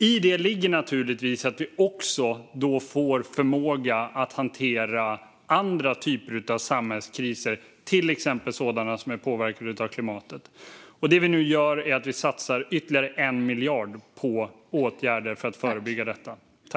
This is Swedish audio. I det ligger naturligtvis att vi då också får förmåga att hantera andra typer av samhällskriser, till exempel sådana som är påverkade av klimatet. Det vi nu gör är att satsa ytterligare 1 miljard på åtgärder för att förebygga detta.